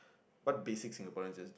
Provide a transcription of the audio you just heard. what basic Singaporeans is